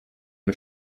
mit